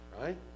right